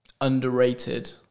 underrated